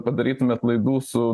padarytumėt laidų su